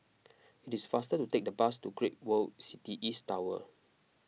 it is faster to take the bus to Great World City East Tower